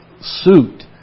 suit